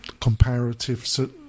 comparative